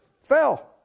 fell